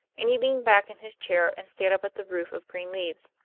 and he leaned back in his chair and stared up at the roof of green leaves.